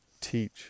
teach